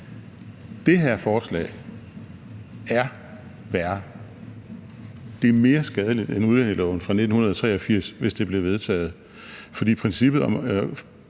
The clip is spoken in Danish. Det her forslag er værre. Det er mere skadeligt end udlændingeloven fra 1983, hvis det bliver vedtaget,